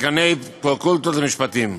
דיקני פקולטות למשפטים.